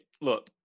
look